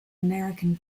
american